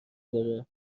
داره